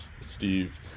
Steve